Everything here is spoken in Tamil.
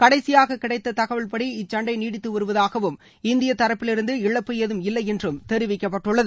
கடைசியாக கிடைத் தகவல்படி இச்சண்டை நீடித்து வருவதாகவும் இந்திய தரப்பிலிருந்து இழப்பு ஏதும் இல்லை என்றும் தெரிவிக்கப்பட்டுள்ளது